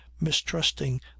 mistrusting